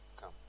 come